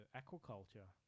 aquaculture